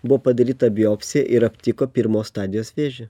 buvo padaryta biopsija ir aptiko pirmos stadijos vėžį